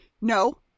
No